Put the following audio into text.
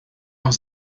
auch